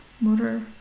motor